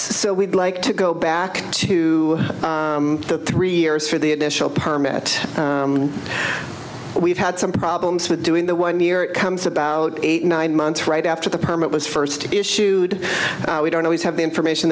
so we'd like to go back to the three years for the additional permit we've had some problems with doing the one year it comes about eight nine months right after the permit was first issued we don't always have the information